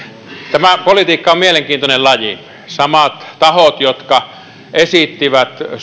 tämä politiikka on mielenkiintoinen laji samat tahot esittivät